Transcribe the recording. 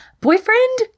boyfriend